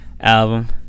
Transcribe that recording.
album